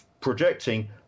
projecting